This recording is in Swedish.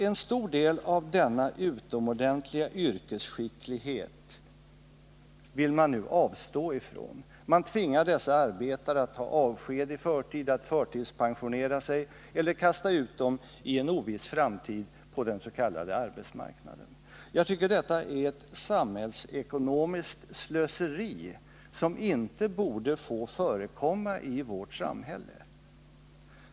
En stor del av denna utomordentliga yrkesskicklighet vill man nu avstå ifrån. Man tvingar dessa arbetare att ta avsked i förtid eller förtidspensionera sig. Man kastar ut dem i en oviss framtid på den s.k. arbetsmarknaden. Jag tycker att detta är ett samhällsekonomiskt slöseri som inte borde få förekomma i vårt samhälle.